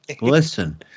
listen